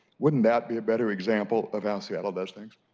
wouldn't that be a better example of how seattle does things?